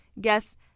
guests